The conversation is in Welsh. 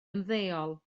ymddeol